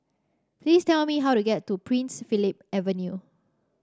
please tell me how to get to Prince Philip Avenue